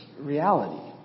reality